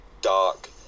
dark